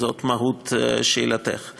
וזאת מהות שאלתך.